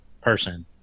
person